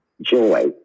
joy